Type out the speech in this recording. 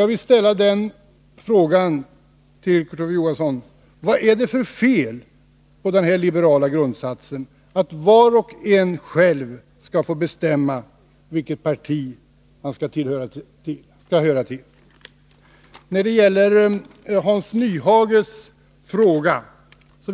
Jag vill ställa en fråga till Kurt Ove Johansson: Vad är det för fel på den liberala grundsatsen att var och en själv skall få bestämma vilket parti han skall tillhöra? När det gäller Hans Nyhages inlägg